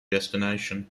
destination